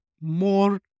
more